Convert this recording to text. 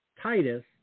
Titus